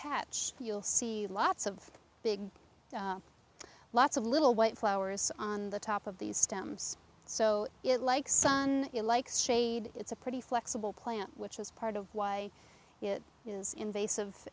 patch you'll see lots of big lots of little white flowers on the top of these stems so it like sun shade it's a pretty flexible plant which is part of why it is invasive